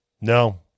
No